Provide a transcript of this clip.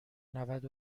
نود